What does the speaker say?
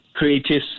creatives